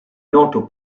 noto